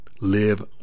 live